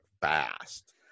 fast